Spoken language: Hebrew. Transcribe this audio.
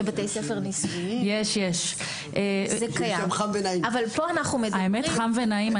האמת חם ונעים.